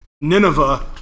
Nineveh